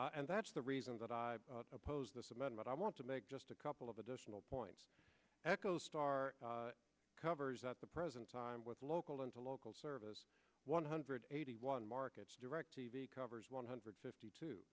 term and that's the reason that i oppose this amendment i want to make just a couple of additional points echostar covers at the present time with local into local service one hundred eighty one markets direct t v coverage one hundred fifty two